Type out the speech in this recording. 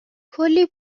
کلی